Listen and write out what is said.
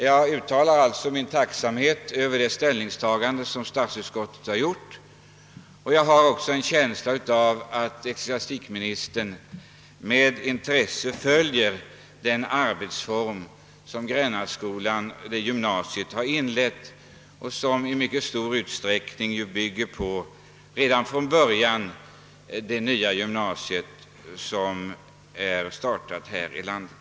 Jag uttalar min tacksamhet för utskottets ställningstagande, och jag har också en känsla av att ecklesiastikministern med intresse följer den arbetsform som Grännaskolans gymnasium har inlett och som i stor utsträckning redan från början bygger på det nya gymnasium som nu är under genomförande här i landet.